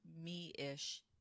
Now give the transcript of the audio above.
me-ish